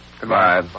Goodbye